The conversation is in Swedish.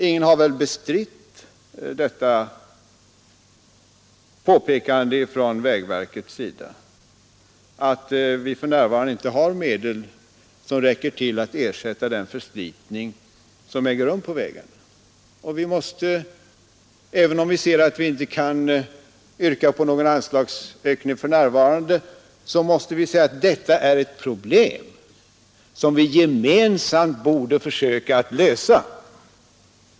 Ingen har väl bestritt påpekandet från vägverkets sida att vi för närvarande inte har tillräckliga medel för att ersätta den förslitning av vägarna som nu sker. Även om vi inte nu kan yrka på någon anslagsökning måste vi ändå konstatera att detta är ett problem som vi gemensamt borde försöka lösa.